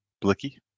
Blicky